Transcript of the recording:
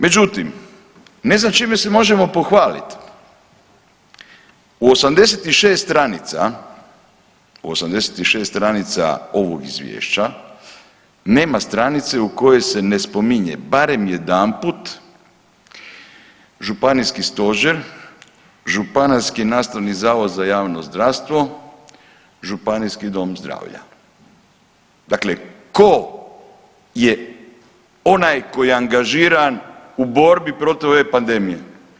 Međutim, ne znam čime se možemo pohvalit, u 86 stranica, u 86 stranica ovog izvješća nema stranice u kojoj se ne spominje barem jedanput županijski stožer, Županijski nastavni zavod za javno zdravstvo, županijski dom zdravlja, dakle ko je onaj koji je angažiran u borbi protiv ove pandemije.